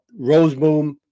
Roseboom